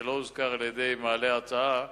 שלא הוזכר על-ידי מעלה ההצעה,